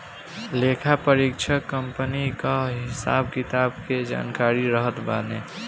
लेखापरीक्षक कंपनी कअ हिसाब किताब के जानकारी रखत बाने